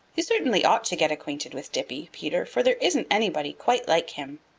you certainly ought to get acquainted with dippy, peter, for there isn't anybody quite like him.